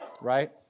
right